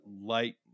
light